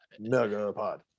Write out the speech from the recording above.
Megapod